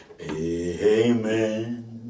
Amen